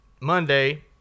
Monday